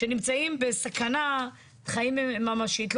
שנמצאים בסכנת חיים ממשית,